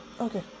Okay